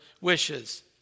wishes